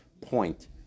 point